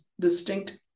distinct